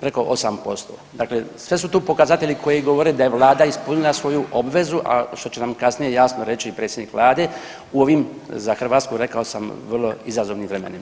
preko 8%, dakle sve su to pokazatelji koji govore da je vlada ispunila svoju obvezu, a što će nam kasnije jasno reći i predsjednik vlade u ovim za Hrvatsku rekao sam vrlo izazovnim vremenima.